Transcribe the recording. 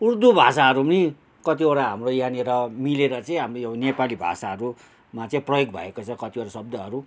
उर्दू भाषाहरू पनि कतिवटा हाम्रो यहाँनिर मिलेर चाहिँ हाम्रो यो नेपाली भाषाहरूमा चाहिँ प्रयोग भएको छ कतिवटा शब्दहरू